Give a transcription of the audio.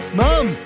mom